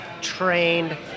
trained